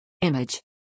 Image